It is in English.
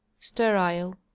sterile